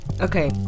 Okay